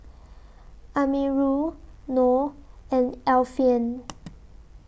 Amirul Noh and Alfian